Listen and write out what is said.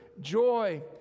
joy